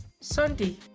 Sunday